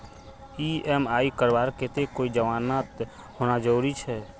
EMI करवार केते कोई जमानत होना जरूरी छे?